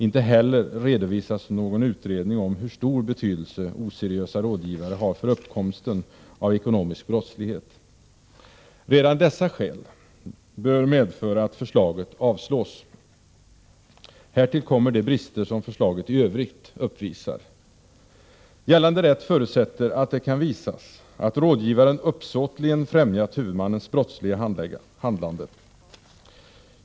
Inte heller redovisas någon utredning om hur stor betydelse oseriösa rådgivare har för uppkomsten av ekonomisk brottslighet. Redan dessa skäl bör medföra att förslaget avslås. Härtill kommer de brister som förslaget i övrigt uppvisar. Gällande rätt förutsätter att det kan visas att rådgivaren uppsåtligen främjat huvudmannens brottsliga handlande.